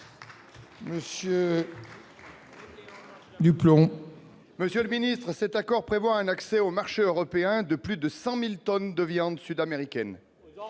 l'offensive. Du plomb, monsieur le Ministre, cet accord prévoit un accès au marché européen de plus de 100000 tonnes de viande sud- américaine